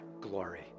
glory